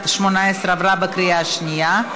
עברה בקריאה השנייה.